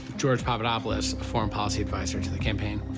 george papadopoulos, foreign policy adviser to the campaign,